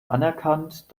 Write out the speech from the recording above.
anerkannt